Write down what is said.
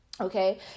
Okay